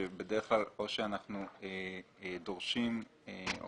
ההנחה היא שבדרך כלל או שאנחנו דורשים או